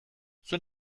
zuen